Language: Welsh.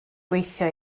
gweithio